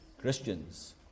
Christians